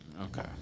Okay